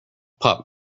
pup